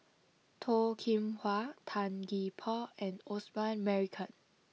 Toh Kim Hwa Tan Gee Paw and Osman Merican